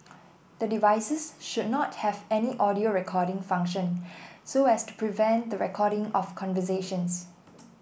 the devices should not have any audio recording function so as to prevent the recording of conversations